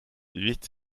huit